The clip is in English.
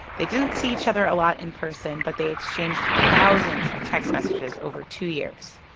they didn't see each other a lot in person, but they exchanged thousands of text messages over two years.